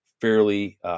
fairly